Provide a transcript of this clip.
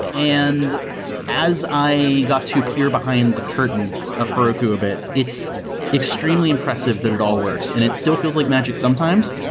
and as i got to peer behind the curtain of heroku a bit, it's extremely impressive that it all works and it still feels like magic sometimes.